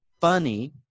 funny